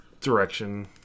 direction